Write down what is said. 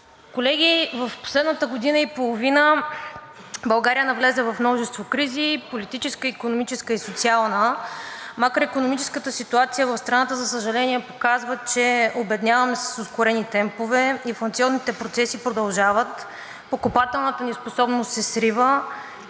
Колеги, в последната година и половина България навлезе в множество кризи – политическа, икономическа и социална. Макроикономическата ситуация в България, за съжаление, показва, че: обедняваме с ускорени темпове; инфлационните процеси продължават; покупателната способност се срива;